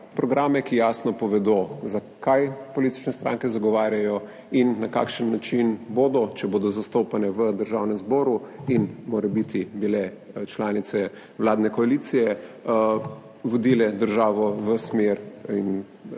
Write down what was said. programe, ki jasno povedo zakaj politične stranke zagovarjajo in na kakšen način bodo, če bodo zastopane v Državnem zboru in morebiti bile članice vladne koalicije, vodile državo v smer in